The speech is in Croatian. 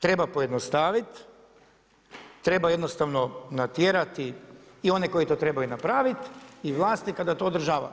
Treba pojednostaviti, treba jednostavno natjerati i one koji to trebaju napraviti i vlasnika da to održava.